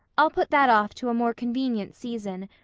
i'll put that off to a more convenient season,